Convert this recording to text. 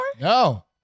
No